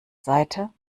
seite